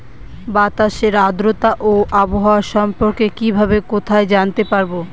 বাতাসের আর্দ্রতা ও আবহাওয়া সম্পর্কে কিভাবে কোথায় জানতে পারবো?